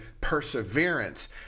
perseverance